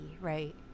right